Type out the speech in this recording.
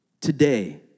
Today